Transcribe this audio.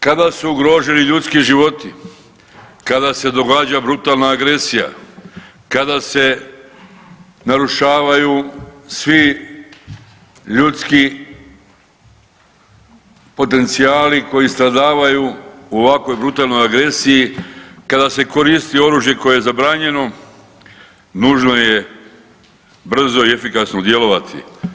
Kada se ugrožuju ljudski životi, kada se događa brutalna agresija, kada se narušavaju svi ljudski potencijali koji stradavaju u ovakvoj brutalnoj agresiji kada se koristi oružje koje je zabranjeno nužno je brzo i efikasno djelovati.